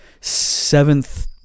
seventh